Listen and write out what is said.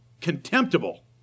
contemptible